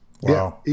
Wow